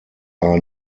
are